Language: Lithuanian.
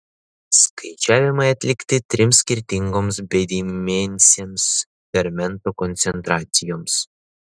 skaičiavimai atlikti trims skirtingoms bedimensėms fermentų koncentracijoms